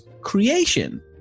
creation